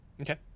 Okay